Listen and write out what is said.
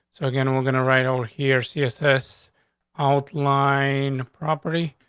so again, we're gonna right over here. css outline property,